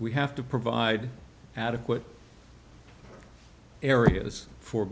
we have to provide adequate areas for